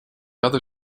other